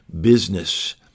business